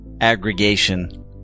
aggregation